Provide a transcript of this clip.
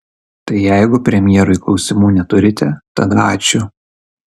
tai jeigu premjerui klausimų neturite tada ačiū